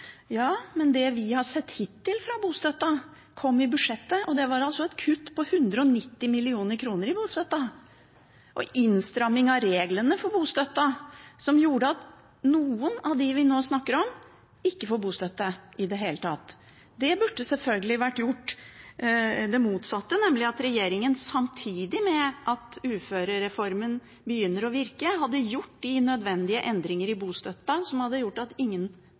Ja, men det vi har sett hittil av bostøtten, kom i budsjettet, og det var altså et kutt på 190 mill. kr og en innstramming av reglene for bostøtten, som gjorde at noen av dem vi nå snakker om, ikke får bostøtte i det hele tatt. Det motsatte burde selvfølgelig vært gjort, nemlig at regjeringen samtidig med at uførereformen begynte å virke, hadde gjort de nødvendige endringer i bostøtten, som hadde gjort at ingen